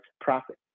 profit